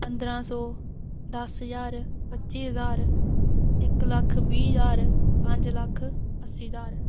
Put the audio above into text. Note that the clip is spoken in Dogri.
पंद्राह् सौ दस हज़ार पच्ची हज़ार इक लक्ख बी हज़ार पंज लक्ख अस्सी हज़ार